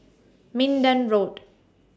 Minden Road